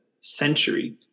century